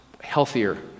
healthier